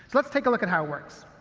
let's take a look at how it works.